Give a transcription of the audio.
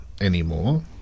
anymore